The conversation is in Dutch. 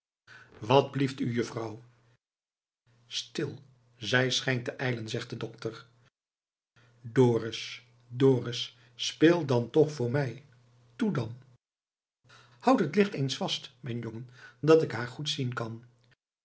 wat blieft u juffrouw stil zij schijnt te ijlen zegt de dokter dorus dorus speel dan toch voor mij toe dan houd het licht eens vast mijn jongen dat ik haar goed zien kan